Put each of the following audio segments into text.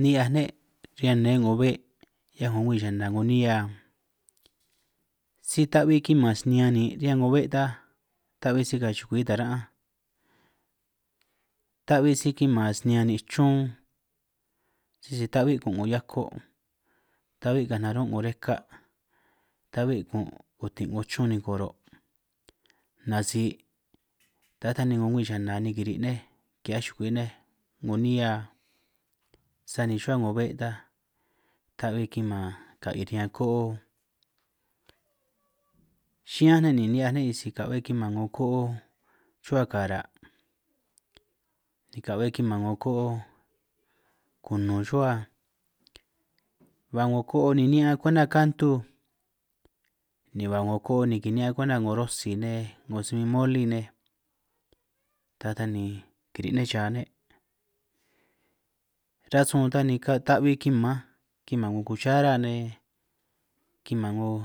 Ni'hiaj ne' riñan ne 'ngo be' 'hiaj 'ngo ngwi chana 'ngo nihia si ta'bi kiman snian nin' riñan 'ngo be' ta ta'bi si ka chukwi tara'anj ta'bi si kiman snian nin' chun sisi ta'bi kun' 'ngo hiako' ta'bi ka'anj narun' 'ngo reka' ta'bi kun' kutin' 'ngo chun ni koro' nasi' ta taj ni 'ngo ngwi chana ni kiri' nej ki'hiaj chukui nej 'ngo nihia sani rruba 'ngo be' ta ta'bi kiman ka'i riñan ko'o chiñán ne' ni ni'hiaj ne' isi ka'be kiman 'ngo ko'o rruhua kara' ka'be kiman 'ngo kunun rruba ba 'ngo ko'o ni ni'ñan kwenta kantu ni ba 'ngo ko'o ni kini'ñan kwenta 'ngo rosi nej 'ngo si bin moli nej ta taj ni kiri' ne' cha ne' rasun ta ni ta'bi kimanj kiman 'ngo kuchara nej kiman 'ngo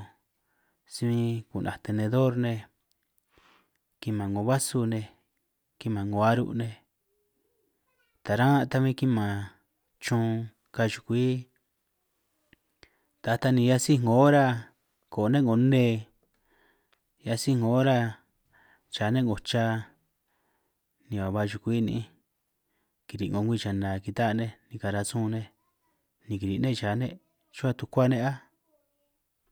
si bin ku'naj tenedor nej kiman 'ngo basu nej kiman 'ngo aru' nej taran ta bin kiman chun ka chukwi ta taj ni hiaj sij 'ngo ora ko'o ne' 'ngo ne hiaj sij 'ngo cha ne' 'ngo cha ni a' ba chukwi ni'inj kiri' 'ngo ngwi chana kita'a nej karan sun nej ni kiri' ne' cha ne' rruhua tukua ne' áj